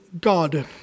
God